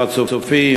הר-הצופים,